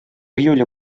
июле